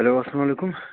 hello اسلام علیکُم